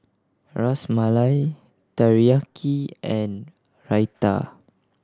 Ras Malai Teriyaki and Raita